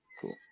Cool